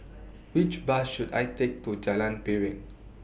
Which Bus should I Take to Jalan Piring